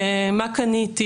מה קניתי,